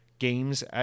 Games